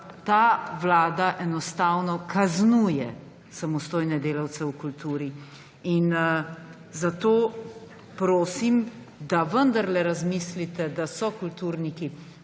da vlada enostavno kaznuje samostojne delavce v kulturi. Zato prosim, da vendarle razmislite, da so kulturniki